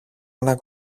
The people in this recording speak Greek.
έναν